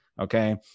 okay